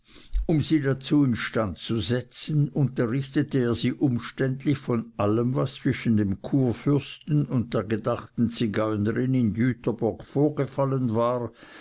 um sie dazu in stand zu setzen unterrichtete er sie umständlich von allem was zwischen dem kurfürsten und der gedachten zigeunerin in jüterbock vorgefallen war